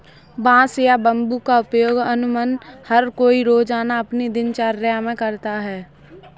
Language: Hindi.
बांस या बम्बू का उपयोग अमुमन हर कोई रोज़ाना अपनी दिनचर्या मे करता है